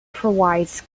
provides